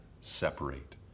separate